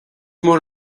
mór